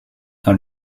dans